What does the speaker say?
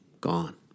Gone